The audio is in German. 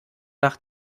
nach